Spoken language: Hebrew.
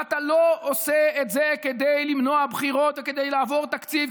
ואתה לא עושה את זה כדי למנוע בחירות או כדי לעבור תקציב,